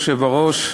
אדוני היושב-ראש,